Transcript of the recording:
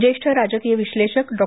ज्येष्ठ राजकीय विश्लेषक डॉ